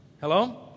Hello